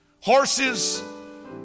Horses